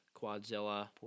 Quadzilla